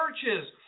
churches